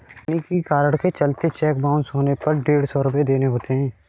तकनीकी कारण के चलते चेक बाउंस होने पर डेढ़ सौ रुपये देने होते हैं